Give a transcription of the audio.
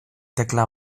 tekla